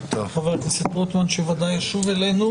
חבר הכנסת רוטמן ישוב אלינו